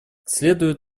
следует